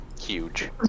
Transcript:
huge